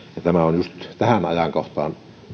tämä on just tähän ajankohtaan